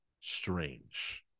Strange